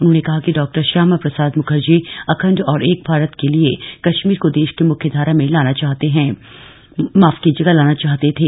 उन्होंने कहा कि डॉ श्यामा प्रसाद म्खर्जी अखंड औरएक भारत के लिए कश्मीर को देश की मुख्यधारा में लाना चाहते थे